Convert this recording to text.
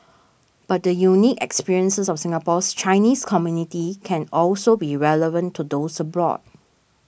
but the unique experiences of Singapore's Chinese community can also be relevant to those abroad